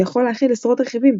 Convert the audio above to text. שיכול להכיל עשרות רכיבים,